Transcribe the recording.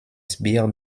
sbires